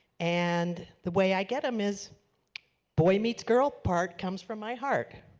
and the way i get them is boy meets girl part comes from my heart.